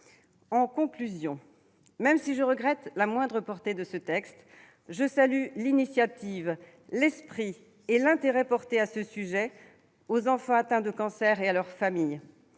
En conclusion, même si je regrette la moindre portée de ce texte, je salue l'initiative, l'esprit de nos débats et l'intérêt porté à ce sujet, aux enfants atteints de cancer et à leurs familles.